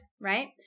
Right